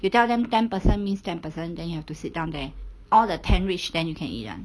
you tell them ten person means ten person then you have to sit down there all the ten reach then you can eat [one]